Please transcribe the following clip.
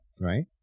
right